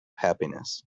happiness